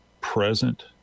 present